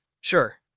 sure